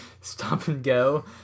stop-and-go